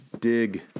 dig